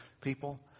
people